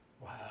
Wow